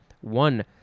One